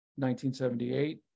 1978